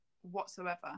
whatsoever